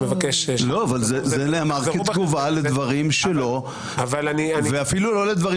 זה נאמר כתגובה לדברים שלו ואפילו לא לדברים